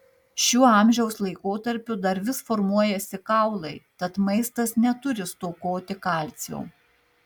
šiuo amžiaus laikotarpiu dar vis formuojasi kaulai tad maistas neturi stokoti kalcio